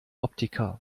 optiker